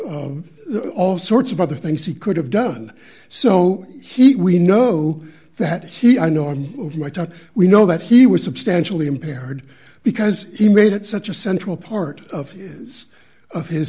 n all sorts of other things he could have done so he we know that he i know on my talk we know that he was substantially impaired because he made it such a central part of its of his